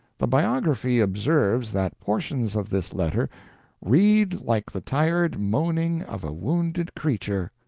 the biography observes that portions of this letter read like the tired moaning of a wounded creature.